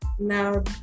Now